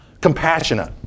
compassionate